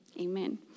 Amen